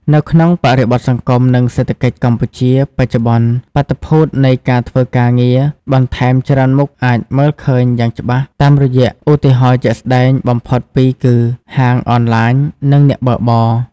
នៅក្នុងបរិបទសង្គម និងសេដ្ឋកិច្ចកម្ពុជាបច្ចុប្បន្ន បាតុភូតនៃការធ្វើការងារបន្ថែមច្រើនមុខអាចមើលឃើញយ៉ាងច្បាស់តាមរយៈ ឧទាហរណ៍ជាក់ស្តែងបំផុតពីរគឺ ហាងអនឡាញ និង អ្នកបើកបរ។